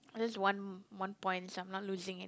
I just want one point so I'm not losing an~